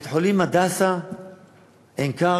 בית-החולים "הדסה עין-כרם",